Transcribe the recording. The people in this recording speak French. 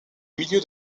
milieu